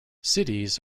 cities